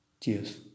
Cheers